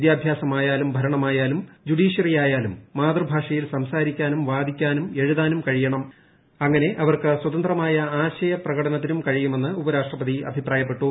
വിദ്യാഭ്യാസമായാലും ഭരണമായാലും ജുഡീഷ്യറിയായാലും മാതൃഭാഷയിൽ സംസാരിക്കാനും വാദിക്കാനും എഴുതാനും കഴിയണം അങ്ങനെ അവർക്ക് സ്വതന്ത്രമായ ആശയപ്രകടനത്തിനും കഴിയുമെന്ന് ഉപരാഷ്ട്രപതി അഭിപ്രായപ്പെട്ടു